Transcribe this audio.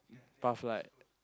pass like